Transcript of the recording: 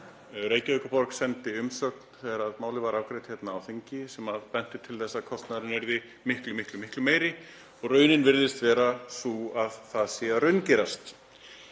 Reykjavíkurborg sendi umsögn þegar málið var afgreitt hérna á þingi sem benti til þess að kostnaðurinn yrði miklu, miklu meiri og raunin virðist vera sú að það sé að raungerast.